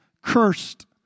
cursed